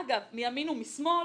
אגב, מימין ומשמאל